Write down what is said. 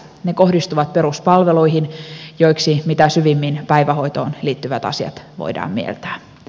ne kohdistuvat peruspalveluihin joiksi mitä syvimmin päivähoitoon liittyvät asiat voidaan mieltää